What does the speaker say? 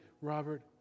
Robert